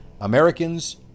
Americans